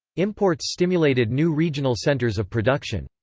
imports stimulated new regional centres of production.